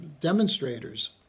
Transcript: demonstrators